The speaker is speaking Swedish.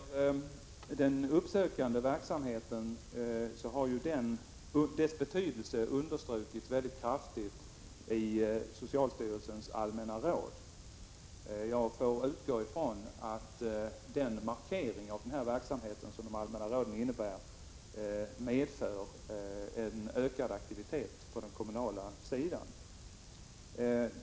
Herr talman! Den uppsökande verksamhetens betydelse har ju understrukits mycket kraftigt i socialstyrelsens allmänna råd. Jag måste utgå från att den markering av denna verksamhet som de allmänna råden innebär medför en ökad aktivitet på den kommunala sidan.